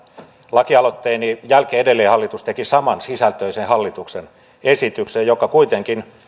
lakialoitteeni jälkeen edelleen hallitus teki samansisältöisen hallituksen esityksen joka kuitenkin